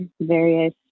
various